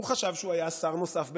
הוא חשב שהוא היה שר נוסף במשרד.